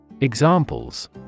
Examples